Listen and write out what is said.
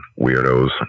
weirdos